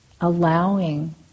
allowing